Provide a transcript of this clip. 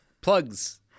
plugs